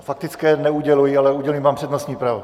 Faktické neuděluji, ale udělím vám přednostní právo.